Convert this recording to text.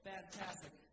Fantastic